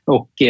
Och